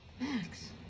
Max